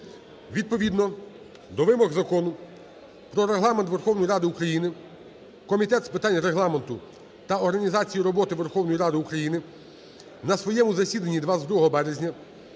Відповідно до вимог Закону "Про Регламент Верховної Ради України", Комітет з питань Регламенту та організації роботи Верховної Ради України на своєму засіданні 22 березня